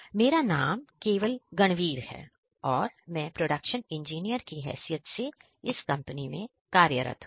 मेरा नाम केवल गणवीर है और मैं प्रोडक्शन इंजीनियर की हैसियत से इस कंपनी में कार्यरत हूं